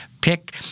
Pick